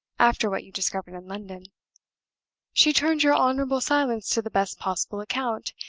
after what you discovered in london she turns your honorable silence to the best possible account,